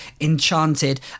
enchanted